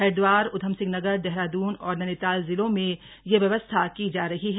हरिद्वार उधमसिंह नगर देहरादून और नैनीताल जिलों में यह व्यवस्था की जा रही है